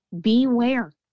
beware